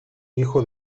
hijo